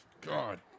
God